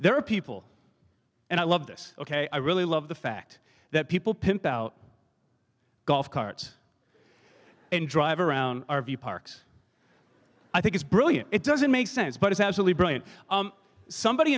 there are people and i love this ok i really love the fact that people pimped out golf carts and drive around r v parks i think it's brilliant it doesn't make sense but it's actually brilliant somebody